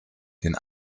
den